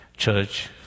church